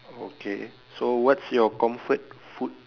oh okay so what's your comfort food